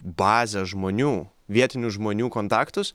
bazę žmonių vietinių žmonių kontaktus